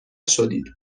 شدید